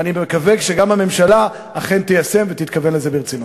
ואני מקווה שגם הממשלה אכן תיישם ותתכוון לזה ברצינות.